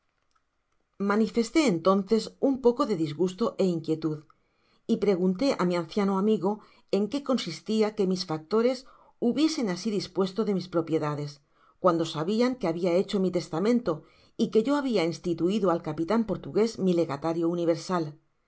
manifesté entonces un poco de disgusto é inquietud y pregunté á mi anciano amigo en qué consistía que mis factores hubiesen asi dispuesto de mis propiedades cuando sabian que habia hecho mi testamento y que yo habia instituido al capitan portugués mi legatario universal me